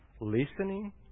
Listening